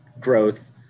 growth